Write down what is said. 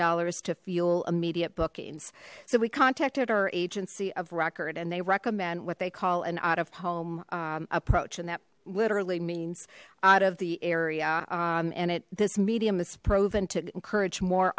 dollars to feel immediate bookings so we contacted our agency of record and they recommend what they call an out of home approach and that literally means out of the area and it this medium is proven to encourage more